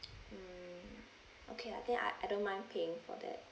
mm okay lah I think I I don't mind paying for that